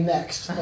Next